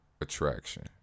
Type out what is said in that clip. attraction